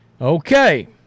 Okay